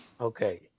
Okay